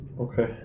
Okay